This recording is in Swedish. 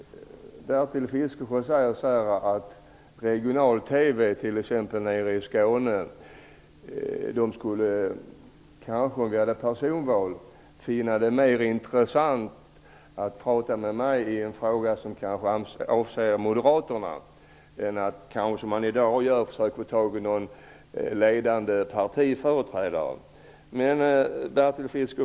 Bertil Fiskesjö säger att regional-TV i t.ex. Skåne vid personval kanske skulle finna det mer intressant att tala med mig i en fråga som avser Moderaterna än att tala med en ledande partiföreträdare, som det är i dag.